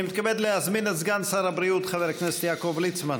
אני מתכבד להזמין את סגן שר הבריאות חבר הכנסת יעקב ליצמן